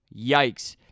Yikes